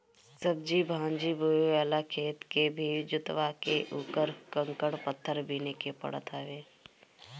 सब्जी भाजी बोए वाला खेत के भी जोतवा के उकर कंकड़ पत्थर बिने के पड़त हवे